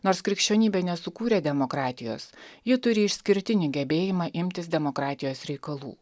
nors krikščionybė nesukūrė demokratijos ji turi išskirtinį gebėjimą imtis demokratijos reikalų